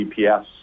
GPS